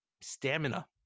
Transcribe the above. stamina